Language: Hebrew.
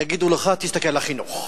יגידו לך: תסתכל על החינוך.